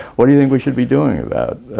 what do you think we should be doing about,